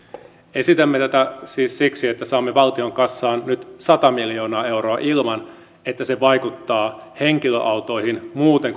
esitämme tätä siis siksi että saamme valtion kassaan nyt sata miljoonaa euroa ilman että se vaikuttaa henkilöautoihin muuten